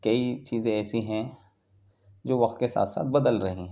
کئی چیزیں ایسی ہیں جو وقت کے ساتھ ساتھ بدل رہی ہیں